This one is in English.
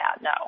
no